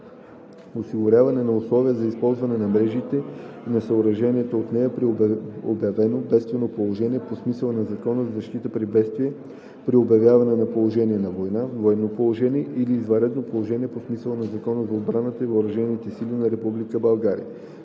осигуряване на условия за използване на мрежата и на съоръженията от нея при обявено бедствено положение по смисъла на Закона за защита при бедствия, при обявяване на положение на война, военно положение или извънредно положение по смисъла на Закона за отбраната и въоръжените сили на Република